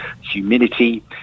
humidity